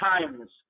times